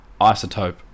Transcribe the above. isotope